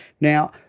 Now